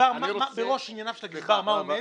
בראש מעייניו של הגזבר מה עומד?